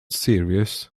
serious